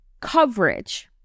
coverage